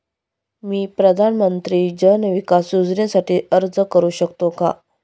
मी प्रधानमंत्री जन विकास योजनेसाठी अर्ज करू शकतो का?